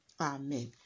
Amen